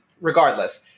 regardless